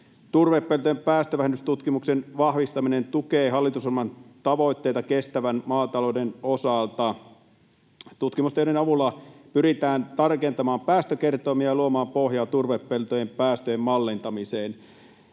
Turvepeltojen päästövähennystutkimuksen vahvistaminen tukee hallitusohjelman tavoitteita kestävän maatalouden osalta. Tutkimustiedon avulla pyritään tarkentamaan päästökertoimia ja luomaan pohjaa turvepeltojen päästöjen mallintamiseen.